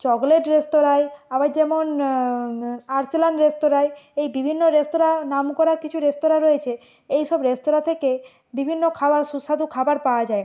chocolate রেস্তোরাঁয় আবার যেমন আর্সেলান রেস্তোরাঁয় এই বিভিন্ন রেস্তোরাঁ নাম করা কিছু রেস্তোরাঁ রয়েছে এই সব রেস্তোরাঁ থেকে বিভিন্ন খাওয়ার সুস্বাদু খাবার পাওয়া যায়